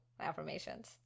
affirmations